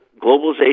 Globalization